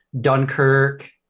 Dunkirk